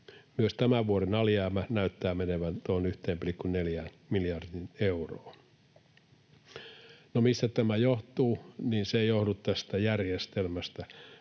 Myös tämän vuoden alijäämä näyttää menevän tuohon 1,4 miljardiin euroon. No, mistä tämä johtuu? Se ei johdu tästä järjestelmästä.